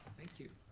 thank you,